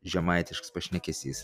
žemaitiškas pašnekesys